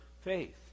faith